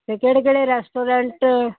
ਅਤੇ ਕਿਹੜੇ ਕਿਹੜੇ ਰੈਸਟੋਰੈਂਟ